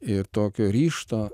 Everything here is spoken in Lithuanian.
ir tokio ryžto